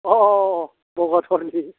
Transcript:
अह अह अह बगाथरनि